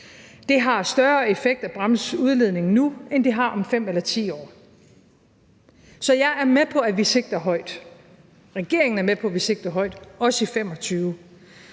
Det har større effekt at bremse udledningen nu, end det har om 5 eller 10 år. Så jeg er med på, at vi sigter højt – regeringen er med på, at vi sigter højt, også i 2025.